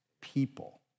people